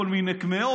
כל מיני קמעות,